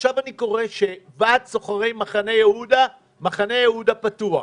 עכשיו אני קורא הודעה של ועד סוחרי מחנה יהודה: מחנה יהודה פתוח.